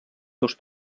seus